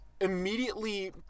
immediately